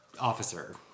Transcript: officer